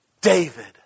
David